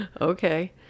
Okay